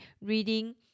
reading